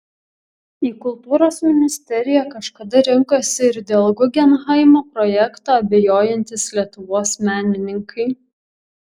į kultūros ministeriją kažkada rinkosi ir dėl guggenheimo projekto abejojantys lietuvos menininkai